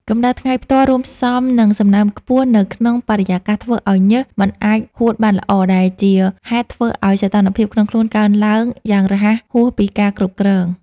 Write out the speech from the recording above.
កម្ដៅថ្ងៃផ្ទាល់ រួមផ្សំនឹងសំណើមខ្ពស់នៅក្នុងបរិយាកាស ធ្វើឱ្យញើសមិនអាចរហួតបានល្អ ដែលជាហេតុធ្វើឱ្យសីតុណ្ហភាពក្នុងខ្លួនកើនឡើងយ៉ាងរហ័សហួសពីការគ្រប់គ្រង។